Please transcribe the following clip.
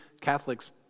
catholics